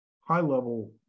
high-level